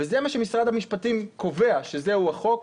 ומשרד המשפטים קובע שזהו החוק,